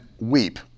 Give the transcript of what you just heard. weep